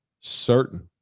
certain